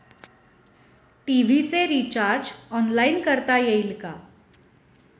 TV चे recharge online करता येईल का?